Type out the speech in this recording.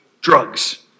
drugs